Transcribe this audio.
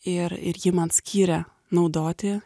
ir ir jį man skyrė naudoti